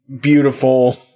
beautiful